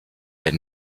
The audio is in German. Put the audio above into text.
der